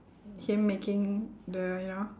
him making the you know